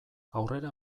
aurrera